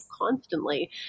constantly